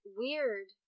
weird